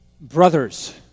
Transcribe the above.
Brothers